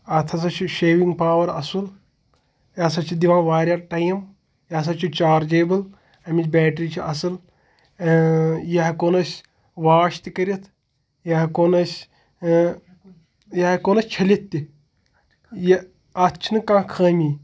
اَتھ ہَسا چھِ شیوِنٛگ پاوَر اَصٕل یہِ ہَسا چھِ دِوان واریاہ ٹایم یہِ ہَسا چھِ چارجیبٕل اَمِچ بیٹرٛی چھِ اَصٕل یہِ ہٮ۪کون أسۍ واش تہِ کٔرِتھ یہِ ہٮ۪کون أسۍ یہِ ہٮ۪کون أسۍ چھٔلِتھ تہِ یہِ اَتھ چھِنہٕ کانٛہہ خٲمی